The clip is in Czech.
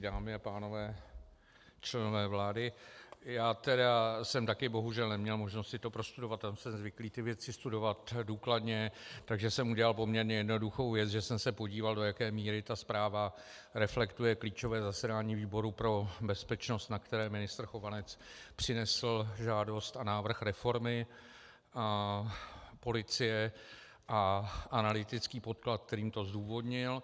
Dámy a pánové, členové vlády, já jsem taky bohužel neměl možnost si to prostudovat, já jsem zvyklý ty věci studovat důkladně, takže jsem udělal poměrně jednoduchou věc, že jsem se podíval, do jaké míry ta zpráva reflektuje klíčové zasedání výboru pro bezpečnost, na které ministr Chovanec přinesl žádost a návrh reformy policie a analytický podklad, kterým to zdůvodnil.